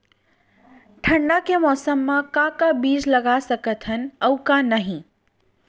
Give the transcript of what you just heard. ठंडा के मौसम मा का का बीज लगा सकत हन अऊ का नही?